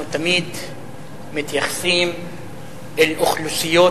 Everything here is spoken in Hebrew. אנחנו תמיד מתייחסים אל אוכלוסיות